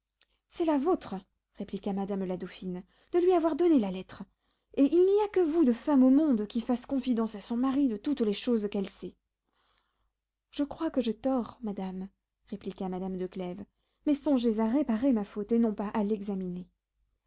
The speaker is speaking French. c'est la vôtre répliqua madame la dauphine de lui avoir donné la lettre et il n'y a que vous de femme au monde qui fasse confidence à son mari de toutes les choses qu'elle sait je crois que j'ai tort madame répliqua madame de clèves mais songez à réparer ma faute et non pas à l'examiner